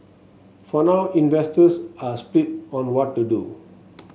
for now investors are split on what to do